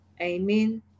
Amen